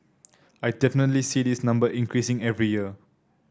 I definitely see this number increasing every year